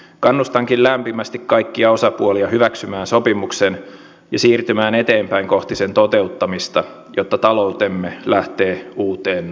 kannustankin lämpimästi kaikkia osapuolia hyväksymään sopimuksen ja siirtymään eteenpäin kohti sen toteuttamista jotta taloutemme lähtee uuteen nousuun